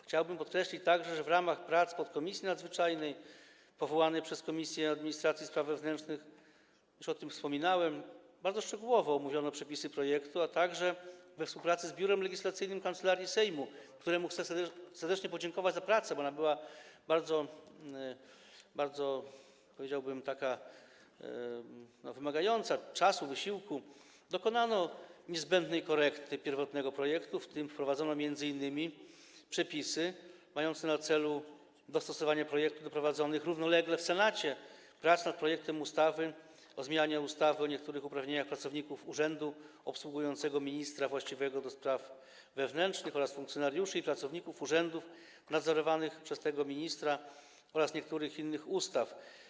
Chciałbym podkreślić także, że w ramach prac podkomisji nadzwyczajnej powołanej przez Komisję Administracji i Spraw Wewnętrznych, już o tym wspominałem, bardzo szczegółowo omówiono przepisy projektu, a także we współpracy z Biurem Legislacyjnym Kancelarii Sejmu, któremu chcę serdecznie podziękować za pracę, bo ona była bardzo, powiedziałbym, wymagająca, wymagała czasu i wysiłku, dokonano niezbędnej korekty pierwotnego projektu, w tym wprowadzono m.in. przepisy mające na celu dostosowanie projektu do prowadzonych równolegle w Senacie prac nad projektem ustawy o zmianie ustawy o niektórych uprawnieniach pracowników urzędu obsługującego ministra właściwego do spraw wewnętrznych oraz funkcjonariuszy i pracowników urzędów nadzorowanych przez tego ministra oraz niektórych innych ustaw.